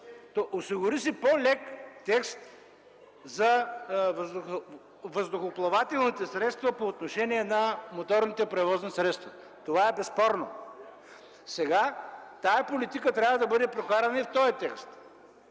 Осигури си по-лек текст за въздухоплавателните средства по отношение на моторните превозни средства – това е безспорно. Тази политика сега трябва да бъде прокарана и в този текст.